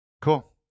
Cool